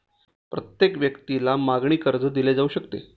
प्रत्येक व्यक्तीला मागणी कर्ज दिले जाऊ शकते